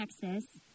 Texas